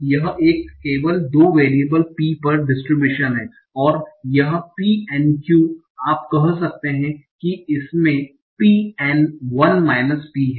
तो यह केवल 2 वेरियबल P पर डिस्ट्रिब्यूशन है और यह P N Q आप कह सकते हैं कि इसमें P N 1 माइनस P है